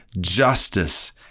justice